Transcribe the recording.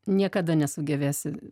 niekada nesugebėsi